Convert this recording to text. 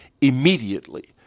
immediately